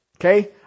Okay